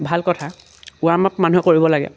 ভাল কথা warm up মানুহে কৰিব লাগে